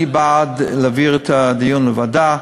אני בעד להעביר את הדיון לוועדה.